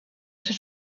ser